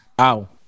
Ow